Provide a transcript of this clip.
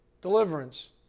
Deliverance